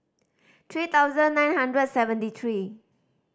three thousand nine hundred seventy three